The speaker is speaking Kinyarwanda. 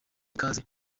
ikaze